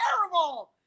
terrible